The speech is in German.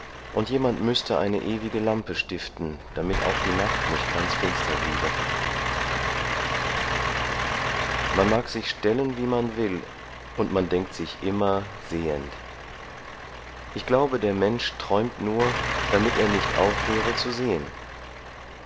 und jemand müßte eine ewige lampe stiften damit auch die nacht nicht ganz finster bliebe man mag sich stellen wie man will und man denkt sich immer sehend ich glaube der mensch träumt nur damit er nicht aufhöre zu sehen